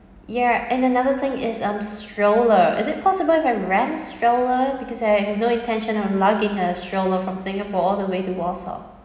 yeah and another thing is um stroller is it possible if I rent stroller because I've no intention of lugging a stroller from singapore all the way to warsaw